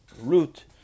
root